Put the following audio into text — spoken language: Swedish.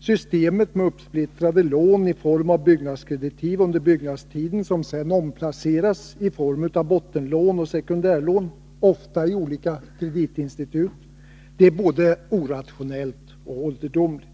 Systemet med uppsplittrade lån i form av byggnadskreditiv under byggnadstiden, som sedan omplaceras i form av bottenlån och sekundärlån — ofta i olika kreditinstitut —, är både orationellt och ålderdomligt.